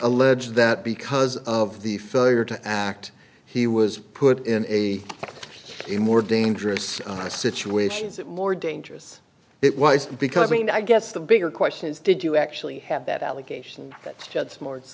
alleges that because of the failure to act he was put in a more dangerous situations that more dangerous it was because i mean i guess the bigger question is did you actually have that allegation that judge smarts